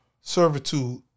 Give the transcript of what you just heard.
servitude